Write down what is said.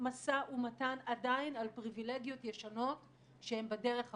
משא ומתן על פריבילגיות ישנות שהן בדרך החוצה.